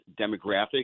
demographic